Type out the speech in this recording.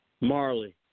Marley